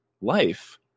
life